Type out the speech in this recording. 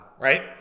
right